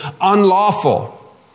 unlawful